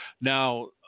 Now